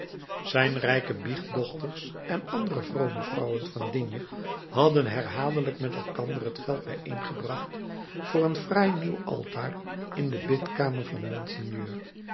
zijn rijke biechtdochters en andere vrome vrouwen van digne hadden herhaaldelijk met elkander het geld bijeengebracht voor een fraai nieuw altaar in de bidkamer van monseigneur